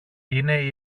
είναι